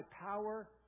power